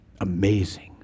Amazing